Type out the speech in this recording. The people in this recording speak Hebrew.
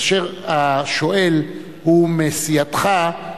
כאשר השואל הוא מסיעתך,